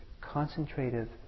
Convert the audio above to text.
concentrated